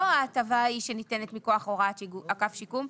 ההטבה ההיא שניתנת מכוח הוראת אגף שיקום,